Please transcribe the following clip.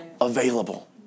Available